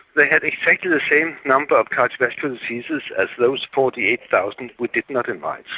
they had exactly the same number of cardiovascular diseases as those forty eight thousand we did not invite.